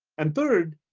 and third,